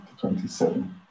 27